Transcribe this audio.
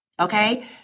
Okay